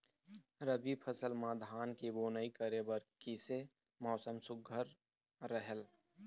रबी फसल म धान के बुनई करे बर किसे मौसम सुघ्घर रहेल?